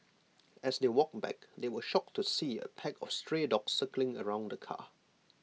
as they walked back they were shocked to see A pack of stray dogs circling around the car